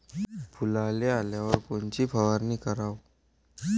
फुलाले आल्यावर कोनची फवारनी कराव?